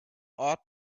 ought